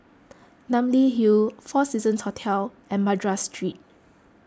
Namly Hill four Seasons Hotel and Madras Street